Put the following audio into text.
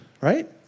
right